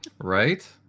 right